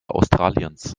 australiens